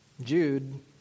Jude